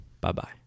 Bye-bye